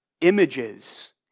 images